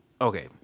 okay